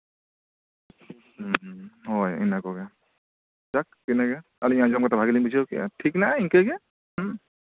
ᱦᱩᱸ ᱦᱳᱭ ᱤᱱᱟᱹ ᱠᱚᱜᱮ ᱡᱟᱠ ᱤᱱᱟᱹᱜᱮ ᱟᱞᱤᱧ ᱦᱚᱸ ᱟᱡᱚᱢ ᱠᱟᱛᱮᱫ ᱵᱷᱟᱹᱞᱤ ᱞᱤᱧ ᱵᱩᱡᱷᱟᱹᱣ ᱠᱮᱫᱼᱟ ᱴᱷᱤᱠ ᱦᱮᱱᱟᱜᱼᱟ ᱤᱱᱟᱹᱜᱮ ᱦᱩᱸ